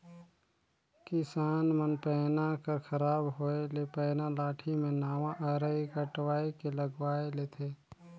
किसान मन पैना कर खराब होए ले पैना लाठी मे नावा अरई कटवाए के लगवाए लेथे